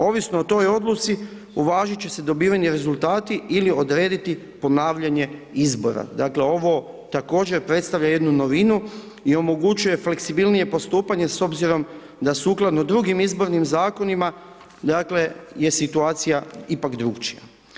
Ovisno o toj odluci, uvažit će se dobiveni rezultati ili odrediti ponavljanje izbora, dakle, ovo također predstavlja jednu novinu i omogućuje fleksibilnije postupanje s obzirom da sukladno drugim izbornim zakonima, dakle, je situacija ipak drukčija.